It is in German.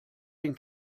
den